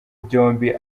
byombi